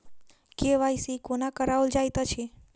KYC कोना कराओल जाइत अछि?